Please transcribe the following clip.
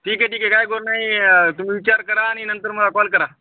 ठीक आहे ठीक आहे काय करू नाही तुम्ही विचार करा आणि नंतर मला कॉल करा